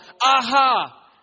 aha